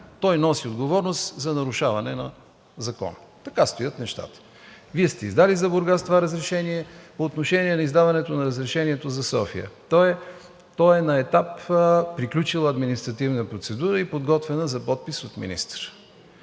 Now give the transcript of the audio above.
той носи отговорност за нарушаване на закона. Така стоят нещата. За Бургас Вие сте издали това разрешение. По отношение издаването на разрешението за София то е на етап приключила административна процедура и подготвена за подпис от министъра.